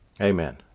Amen